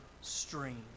stream